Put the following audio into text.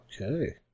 Okay